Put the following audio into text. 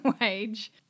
wage